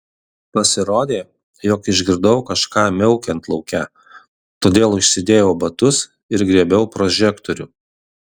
pasirodė jog išgirdau kažką miaukiant lauke todėl užsidėjau batus ir griebiau prožektorių